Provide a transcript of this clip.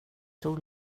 tog